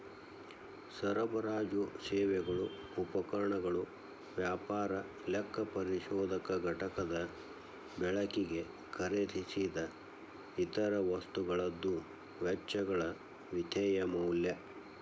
ಸರಬರಾಜು ಸೇವೆಗಳು ಉಪಕರಣಗಳು ವ್ಯಾಪಾರ ಲೆಕ್ಕಪರಿಶೋಧಕ ಘಟಕದ ಬಳಕಿಗೆ ಖರೇದಿಸಿದ್ ಇತರ ವಸ್ತುಗಳದ್ದು ವೆಚ್ಚಗಳ ವಿತ್ತೇಯ ಮೌಲ್ಯ